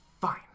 Fine